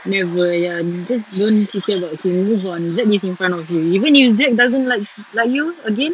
never ya just dont ca~ care about him move on zack is in front of you even if zack doesn't like like you again